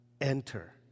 Enter